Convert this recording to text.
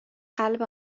قلب